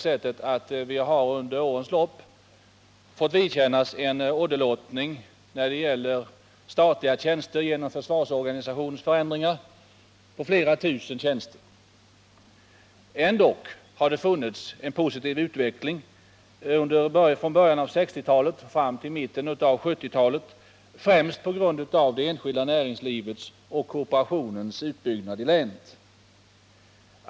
Länet har under årens lopp fått vidkännas en åderlåtning på flera tusen statliga tjänster genom försvarsorganisationsförändringar. Ändå har det funnits en positiv utveckling från början av 1960-talet och fram till mitten av 1970-talet, främst på grund av det enskilda näringslivets och kooperationens utbyggnad i länet.